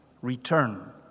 return